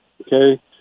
okay